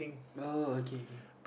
oh okay okay